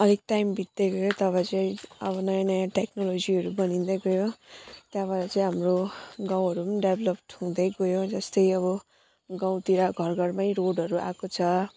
अलिक टाइम बित्दै गयो तब चाहिँ अलिक नयाँ नयाँ टेक्नोलोजीहरू बनिँदै गयो त्यहाँबाट चै हाम्रो गाउँहरू पनि डेभलप्ड हुँदै गयो जस्तै अब गाउँतिर घर घरमै रोडहरू आएको छ